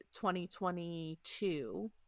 2022